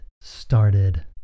started